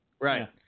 Right